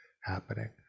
happening